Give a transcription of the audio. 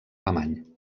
alemany